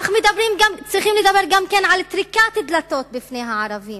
אך צריכים לדבר גם על טריקת דלתות בפני הערבים,